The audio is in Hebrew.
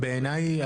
בעיניי,